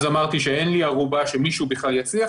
אז אמרתי שאין לי ערובה שמישהו בכלל יצליח,